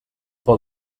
pel